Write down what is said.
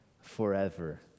forever